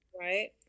Right